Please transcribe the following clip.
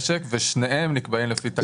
שניהם נקבעים לפי תקנות.